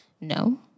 No